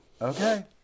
okay